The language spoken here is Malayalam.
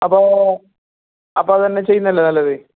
അപ്പോൾ അപ്പോൾ അത് തന്നെ ചെയ്യുന്നതല്ലേ നല്ലത്